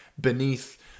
beneath